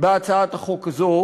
בהצעת החוק הזו,